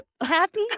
happy